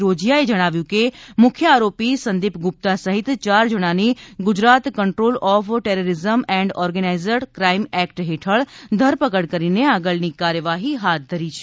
રોઝીયાએ જણાવ્યું હતું કે મુખ્ય આરોપી સંદીપ ગુપ્તા સહિત ચાર જણાની Gujarat control of terrorism and organised crime act હેઠળ ધરપકડ કરીને આગળની કાર્યવાહી હાથ ધરી છે